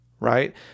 right